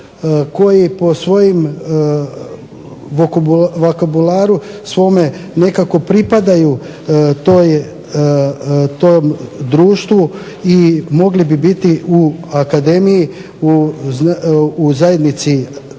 koji po svojim vokabularu, svome nekako pripadaju tom društvu, i mogli bi biti u akademiji u zajednici